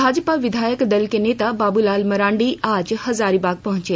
भाजपा विधायक दल के नेता बाबूलाल मरांडी आज हजारीबाग पहुंचे